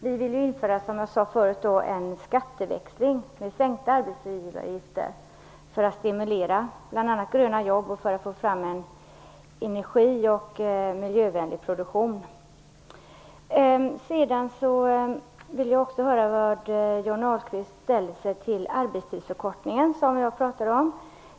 Vi ville införa en skatteväxling, med sänkta arbetsgivaravgifter, för att stimulera bl.a. gröna jobb och för att få fram en energi och miljövänlig produktion. Jag vill också höra hur Johnny Ahlqvist ställer sig till en arbetstidsförkortning, som jag pratade om.